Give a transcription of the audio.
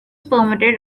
permitted